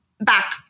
back